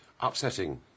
upsetting